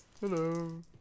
Hello